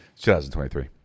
2023